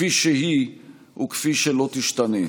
כפי שהיא וכפי שלא תשתנה.